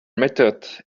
method